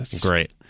Great